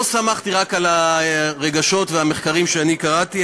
לא סמכתי רק על הרגשות ועל המחקרים שאני קראתי,